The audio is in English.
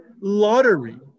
lottery